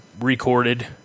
recorded